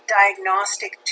diagnostic